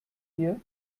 hier